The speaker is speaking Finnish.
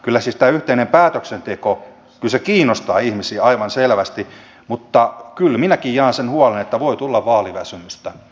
kyllä tämä yhteinen päätöksenteko kiinnostaa ihmisiä aivan selvästi mutta kyllä minäkin jaan sen huolen että voi tulla vaaliväsymystä